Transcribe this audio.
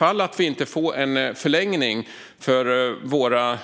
Om vi inte får en förlängning för våra